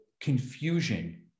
confusion